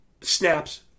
snaps